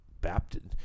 Baptist